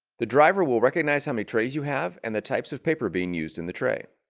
the driver will recognize how many trays you have and the types of paper being used in the tray.